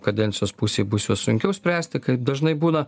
kadencijos pusėj bus juos sunkiau spręsti kaip dažnai būna